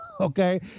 okay